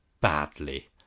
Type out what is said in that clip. badly